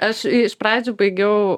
aš iš pradžių baigiau